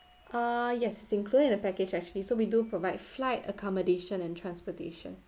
uh yes it's included the package actually so we do provide flight accommodation and transportation